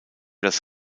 das